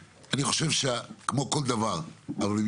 אני חושב שכמו כל דבר, הטיפול פה הוא משולב.